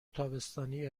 تابستانی